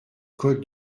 code